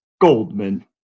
Goldman